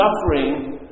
suffering